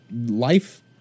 life